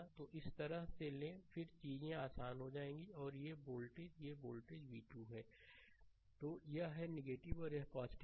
तो इस तरह से लें फिर चीजें आसान हो जाएंगी और ये वोल्टेज ये वोल्टेज v2 है स्लाइड समय देखें 2012 तो यह है और यह है